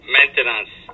Maintenance